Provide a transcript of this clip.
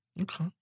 Okay